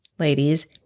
Ladies